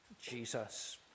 Jesus